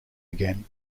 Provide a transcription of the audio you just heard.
again